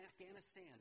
Afghanistan